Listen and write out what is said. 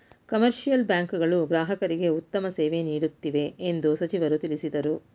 commercial bank ಗಳು ಗ್ರಾಹಕರಿಗೆ ಉತ್ತಮ ಸೇವೆ ನೀಡುತ್ತಿವೆ ಎಂದು ಸಚಿವರು ತಿಳಿಸಿದರು